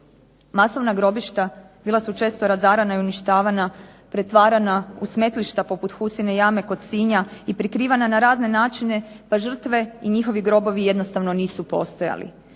Masovna grobišta bila su često razarana i uništavana, pretvarana u smetlišta poput Husine jame kod Sinja i prikrivana na razne načine pa žrtve i njihovi grobovi jednostavno nisu postojali.